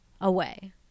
away